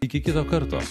iki kito karto